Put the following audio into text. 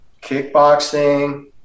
kickboxing